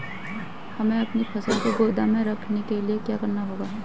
हमें अपनी फसल को गोदाम में रखने के लिये क्या करना होगा?